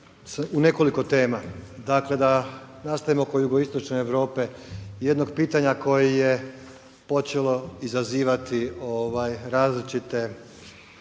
u nekoliko tema. Dakle, da nastavimo oko jugoistočne Europe, jednog pitanja koji je počelo izazivati, ovaj, različite